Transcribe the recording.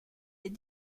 des